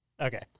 Okay